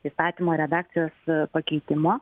įstatymo redakcijos pakeitimo